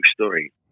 story